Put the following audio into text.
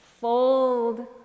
fold